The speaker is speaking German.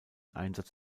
einsatz